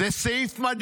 זה סעיף מדהים,